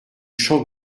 champ